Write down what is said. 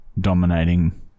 dominating